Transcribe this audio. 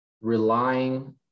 relying